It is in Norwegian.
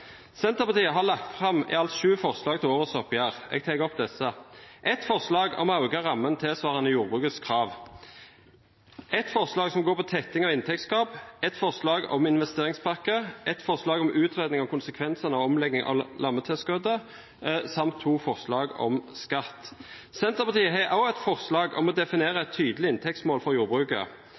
Senterpartiet har lagt fram i alt sju forslag til årets oppgjør. Jeg tar opp disse. Det er forslag om å øke rammen tilsvarende jordbrukets krav, et forslag som går på tetting av inntektsgap, et forslag om investeringspakke, et forslag om utredning av konsekvensene av omleggingen av lammetilskuddet samt to forslag om skatt. Senterpartiet har også et forslag om å definere et tydelig inntektsmål for jordbruket.